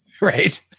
Right